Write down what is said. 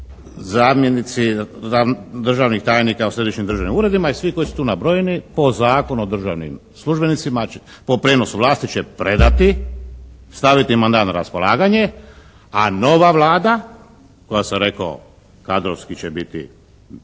zamjenici državnih tajnika u središnjim državnim uredima i svi koji su tu nabrojeni po Zakonu o državnim službenicima, po prijenosu vlast će predati, staviti mandat na raspolaganje, a nova Vlada koja sam rekao kadrovski će biti